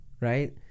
right